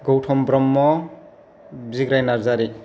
Gotham Brahma Bigrai Narzary